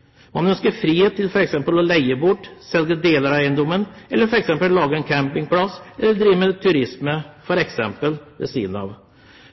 man selv ønsker det, å produsere det man ønsker. Man ønsker frihet til f.eks. å leie bort eller selge deler av eiendommen, lage en campingplass eller drive med turisme ved siden av.